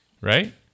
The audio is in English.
Right